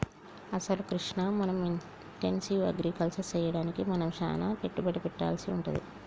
అసలు కృష్ణ మనం intensive agriculture సెయ్యడానికి మనం సానా పెట్టుబడి పెట్టవలసి వుంటది